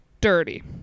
dirty